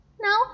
Now